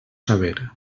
saber